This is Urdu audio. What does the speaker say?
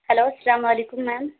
ہیلو السّلام علیکم میم